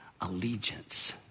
allegiance